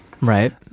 Right